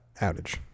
outage